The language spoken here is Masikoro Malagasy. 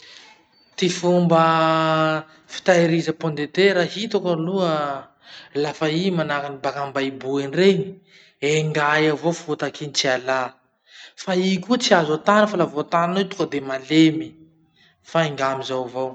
Ty fomba fitahiriza pondetera hitako aloha, lafa i manahaky baka ambahibo eny reny, engà eo avao fotaky iny tsy alà. Fa i koa tsy azo atany, fa laha vo atànao tonga de malemy. Fa engà amizao avao.